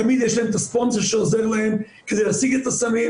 תמיד יש להן את הספונסר שעוזר להן כדי להשיג את הסמים,